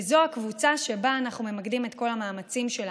וזו הקבוצה שבה אנחנו ממקדים את כל המאמצים שלנו,